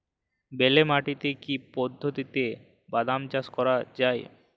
বেলে মাটিতে কি পদ্ধতিতে বাদাম চাষ করা যায়?